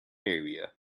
area